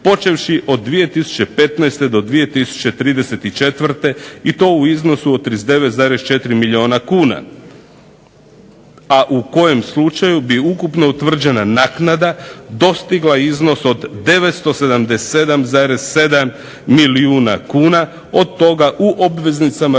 počevši od 2015. do 2034. i to u iznosu od 39,4 milijuna kuna, a u kojem slučaju bi ukupno utvrđena naknada dostigla iznos od 977,7 milijuna kuna. Od toga u obveznicama